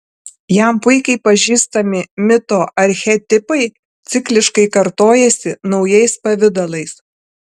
jam puikiai pažįstami mito archetipai cikliškai kartojasi naujais pavidalais